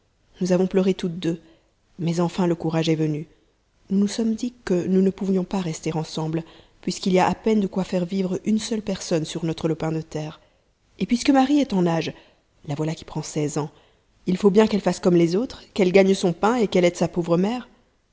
nous avons pleuré toutes deux mais enfin le courage est venu nous nous sommes dit que nous ne pouvions pas rester ensemble puisqu'il y a à peine de quoi faire vivre une seule personne sur notre lopin de terre et puisque marie est en âge la voilà qui prend seize ans il faut bien qu'elle fasse comme les autres qu'elle gagne son pain et qu'elle aide sa pauvre mère